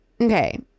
Okay